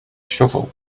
shovel